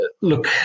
Look